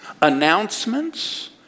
announcements